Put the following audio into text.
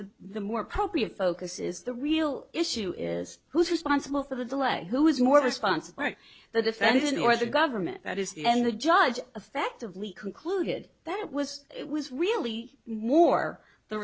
the more appropriate focus is the real issue is who's responsible for the delay who is more responsible right the defendant or the government that is and the judge effectively concluded that it was it was really more the